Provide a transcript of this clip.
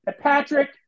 Patrick